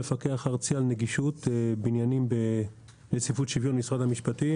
מפקח ארצי על נגישות בניינים בנציבות לשוויון במשרד המשפטים,